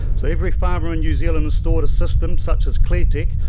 so every farmer in new zealand installed a system such as cleartech,